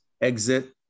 exit